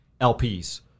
LPs